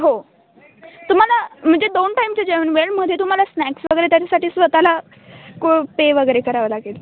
हो तुम्हाला म्हणजे दोन टाईमच्या जेवण वेळेमध्ये तुम्हाला स्नॅक्स वगैरे त्याच्यासाठी स्वतःला को पे वगैरे करावं लागेल